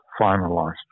finalized